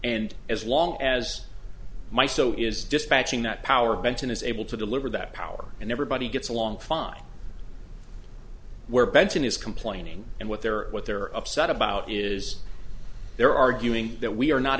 and as long as my so is dispatching that power benton is able to deliver that power and everybody gets along fine where benton is complaining and what they're what they're upset about is they're arguing that we are not